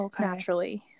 naturally